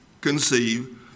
conceive